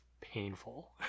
painful